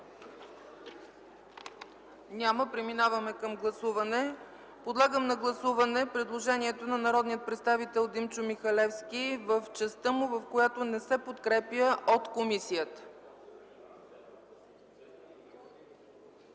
Изказвания? Няма. Подлагам на гласуване предложението на народния представител Димчо Михалевски в частта му, в която не се подкрепя от комисията.